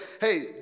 Hey